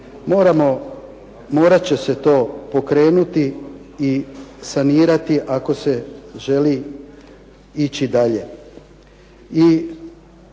Morat će se to pokrenuti i sanirati ako se želi ići dalje